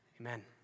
amen